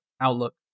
outlook